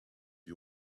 you